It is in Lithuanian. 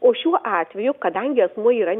o šiuo atveju kadangi asmuo yra